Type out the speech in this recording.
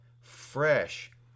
fresh